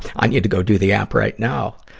i need to go to the app right now!